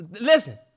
Listen